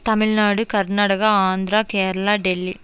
Tamil Nadu Karnataka Andhra Kerala Delhi